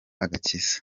agakiza